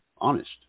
honest